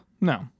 No